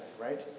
right